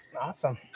Awesome